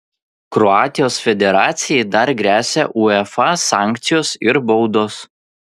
kroatijos federacijai dar gresia uefa sankcijos ir baudos